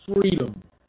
freedom